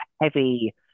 heavy